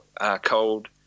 cold